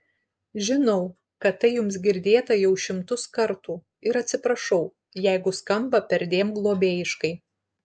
žinau kad tai jums girdėta jau šimtus kartų ir atsiprašau jeigu skamba perdėm globėjiškai